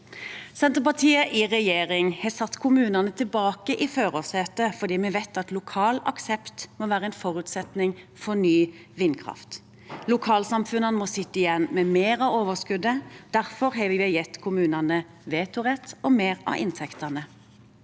Senterpartiet i regjering har satt kommunene tilbake i førersetet fordi vi vet at lokal aksept må være en forutsetning for ny vindkraft. Lokalsamfunnene må sitte igjen med mer av overskuddet. Derfor har vi gitt kommunene vetorett og mer av inntektene.